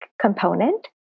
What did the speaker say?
component